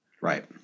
Right